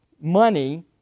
money